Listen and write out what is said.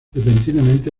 repentinamente